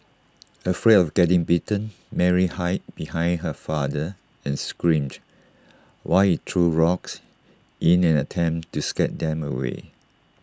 afraid of getting bitten Mary hid behind her father and screamed while he threw rocks in an attempt to scare them away